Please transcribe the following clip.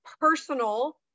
personal